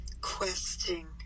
questing